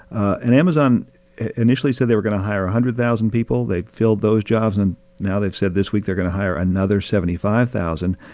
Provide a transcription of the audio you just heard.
and amazon initially said they were going to hire one ah hundred thousand people. they've filled those jobs, and now they've said this week they're going to hire another seventy five thousand.